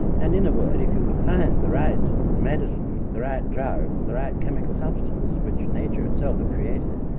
and in a word if you could find the right medicine, the right drug, the right chemical substance, which nature itself had created,